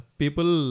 people